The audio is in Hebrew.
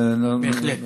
בהחלט.